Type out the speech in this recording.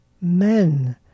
men